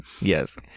yes